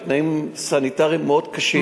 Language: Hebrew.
בתנאים סניטריים מאוד קשים,